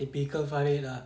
typical farid lah